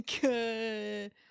Good